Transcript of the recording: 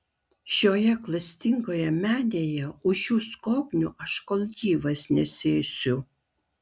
šitoje klastingoje menėje už šių skobnių aš kol gyvas nesėsiu